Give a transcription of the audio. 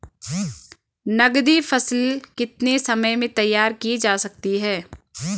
नगदी फसल कितने समय में तैयार की जा सकती है?